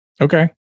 Okay